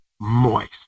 moist